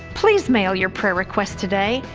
please mail your prayer requests today.